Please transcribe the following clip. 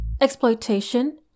exploitation